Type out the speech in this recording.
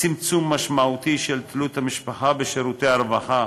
צמצום משמעותי של תלות המשפחה בשירותי הרווחה,